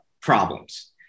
problems